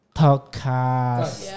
podcast